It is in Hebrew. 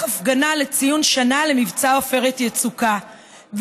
הפגנה לציון שנה למבצע עופרת יצוקה,